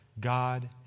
God